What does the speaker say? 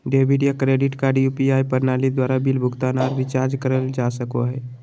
debit या credit card UPI प्रणाली द्वारा बिल भुगतान आर रिचार्ज करल जा सको हय